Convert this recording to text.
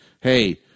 Hey